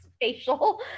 facial